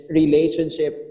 relationship